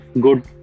good